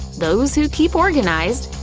those who keep organized,